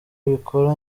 abikora